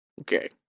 Okay